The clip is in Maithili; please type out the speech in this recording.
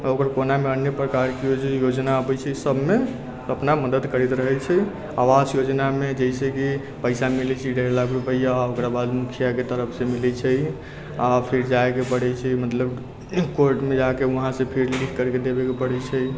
आ ओकर कोना मे अन्य प्रकार के कि होइ छै योजना अबै छै सभमे अपना मदद करैत रहै छै आवास योजना मे जइसे कि पइसा मिलै छै डेढ़ लाख रुपआ तऽ ओकरा बाद मुखिया के तरफ से मिलै छै आ फिर जाइ के पड़ै छै मतलब कोर्ट मे जाइ छै उहाँ से फिर लिख के देबऽ पड़ै छै